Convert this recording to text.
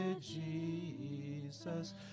jesus